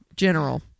General